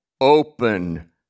open